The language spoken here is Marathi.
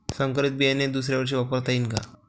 संकरीत बियाणे हे दुसऱ्यावर्षी वापरता येईन का?